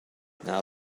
now